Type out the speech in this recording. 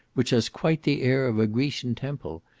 which has quite the air of a grecian temple,